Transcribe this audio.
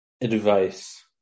advice